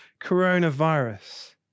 coronavirus